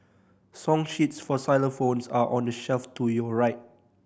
song sheets for xylophones are on the shelf to your right